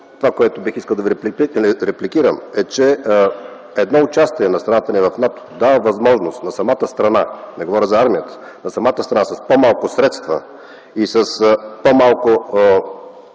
Това, което искам да Ви репликирам, е, че участието на страната ни в НАТО дава възможност на самата страна – не говоря за армията, а за страната, с по-малко средства и с по-малко